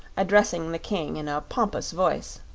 addressing the king in a pompous voice,